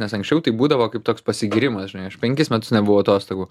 nes anksčiau tai būdavo kaip toks pasigyrimas žinai aš penkis metus nebuvau atostogų